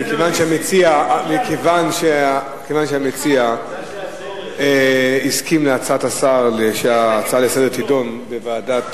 מכיוון שהמציע הסכים להצעת השר שההצעה לסדר-היום תידון בוועדת